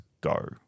go